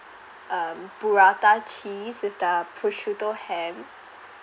um burrata cheese is type of prosciutto ham